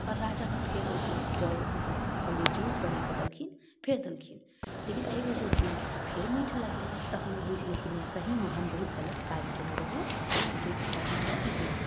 आओर राजाके फेर ओ जल मतलब ओकर जे जूस बनाकऽ देलखिन फेर देलखिन लेकिन अइ बेर जे ओ पिलखिन तऽ फेर मीठ लगलनि तहन ओ बुझि गेलखिन की नहि सहीमे हम बहुत गलत काज कयने रहौं जइ के कारण हमरा ई भेल